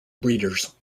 breeders